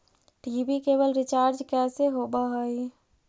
TV cable recharge कैसे होब हइ?